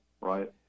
Right